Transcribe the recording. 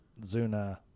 Zuna